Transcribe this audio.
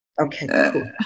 Okay